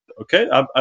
okay